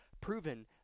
proven